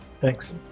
Thanks